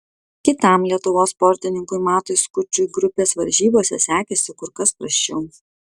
kitam lietuvos sportininkui matui skučui grupės varžybose sekėsi kur kas prasčiau